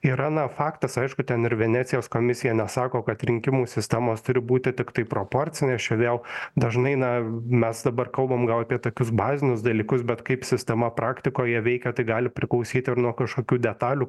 yra na faktas aišku ten ir venecijos komisija sako kad rinkimų sistemos turi būti tiktai proporcinės čia vėl dažnai na mes dabar kalbam gal apie tokius bazinius dalykus bet kaip sistema praktikoje veikia tai gali priklausyti ir nuo kažkokių detalių